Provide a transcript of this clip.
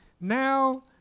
Now